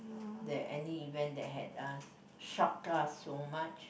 that any event that had uh shocked us so much